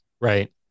Right